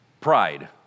Pride